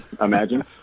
imagine